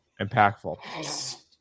Impactful